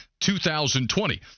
2020